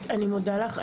אני מודה לך.